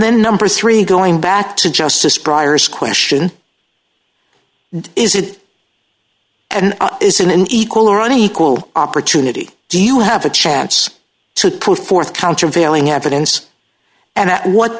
then number three going back to justice briar's question is it and isn't an equal or an equal opportunity do you have a chance to put forth countervailing evidence and at what